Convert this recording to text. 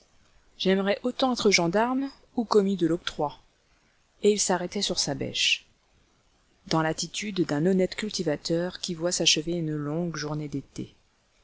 j'aimerais autant être gendarme ou commis de l'octroi et il s'arrêtait sur sa bêche dans l'attitude d'un honnête cultivateur qui voit s'achever une longue journée d'été